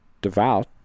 devout